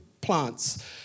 plants